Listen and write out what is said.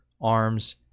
Arms